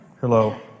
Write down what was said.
Hello